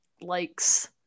likes